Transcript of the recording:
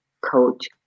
coach